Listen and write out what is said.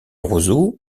roseaux